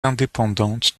indépendante